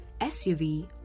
SUV